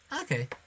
Okay